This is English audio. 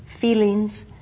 feelings